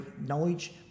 knowledge